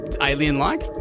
Alien-like